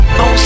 no